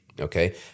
okay